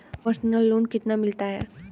Personal loan कितना मिलता है?